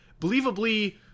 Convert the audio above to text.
believably